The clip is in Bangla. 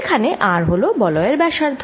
যেখানে r হল বলয়ের ব্যসার্ধ